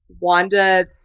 wanda